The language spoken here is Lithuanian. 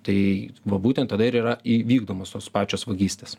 tai va būtent tada ir yra įvykdomos tos pačios vagystės